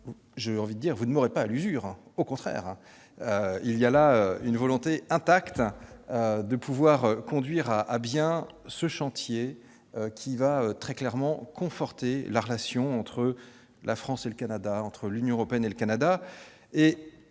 vous ne m'aurez pas l'usure ; au contraire. Il y a une volonté intacte de pouvoir conduire à bien ce chantier, qui va très clairement conforter la relation entre la France et le Canada, entre l'Union européenne et le Canada.